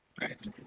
right